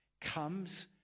Comes